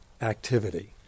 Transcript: activity